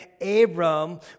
Abram